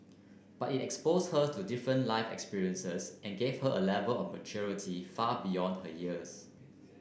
but it exposed her to different life experiences and gave her A Level of maturity far beyond her years